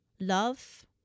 love